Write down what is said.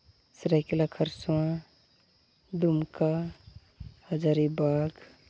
ᱥᱚᱨᱟᱭᱠᱮᱞᱟ ᱠᱷᱚᱨᱥᱚᱶᱟ ᱫᱩᱢᱠᱟ ᱦᱟᱡᱟᱨᱤᱵᱟᱜᱽ